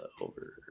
over –